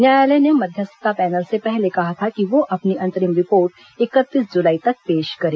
न्यायालय ने मध्यस्थता पैनल से पहले कहा था कि वह अपनी अंतरिम रिपोर्ट इकतीस जुलाई तक पेश करे